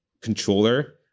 controller